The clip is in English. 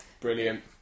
Brilliant